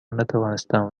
نتوانستم